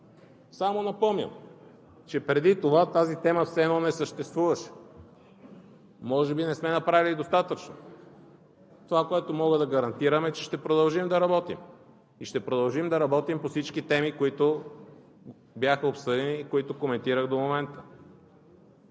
Само напомням, че преди това тази тема все едно не съществуваше. Може би не сме направили достатъчно. Това, което мога да гарантирам, е, че ще продължим да работим. И ще продължим да работим по всички теми, които бяха обсъдени и които коментирах до момента.